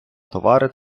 товари